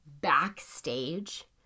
backstage